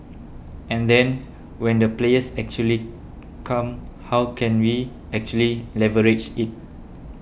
and then when the players actually come how can we actually leverage it